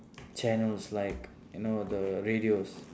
channels like you know the radios